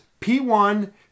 P1